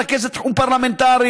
רכזת תחום פרלמנטרי,